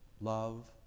love